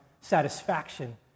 satisfaction